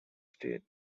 state